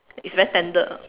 very standard